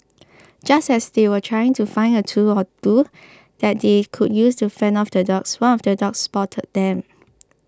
just as they were trying to find a tool or two that they could use to fend off the dogs one of the dogs spotted them